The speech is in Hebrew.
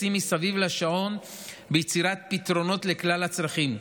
מגויסים מסביב לשעון ליצירת פתרונות לכלל הצרכים,